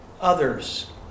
others